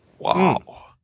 Wow